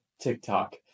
TikTok